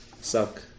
suck